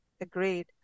Agreed